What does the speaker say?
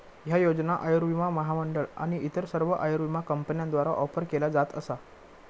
ह्या योजना आयुर्विमा महामंडळ आणि इतर सर्व आयुर्विमा कंपन्यांद्वारा ऑफर केल्या जात असा